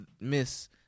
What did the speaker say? Miss